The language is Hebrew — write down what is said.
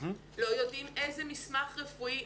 לא יודעים איזה מסמך רפואי.